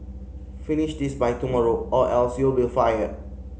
finish this by tomorrow or else you'll be fired